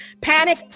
Panic